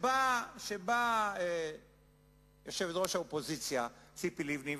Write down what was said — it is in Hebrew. באה יושבת-ראש האופוזיציה ציפי לבני,